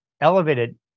elevated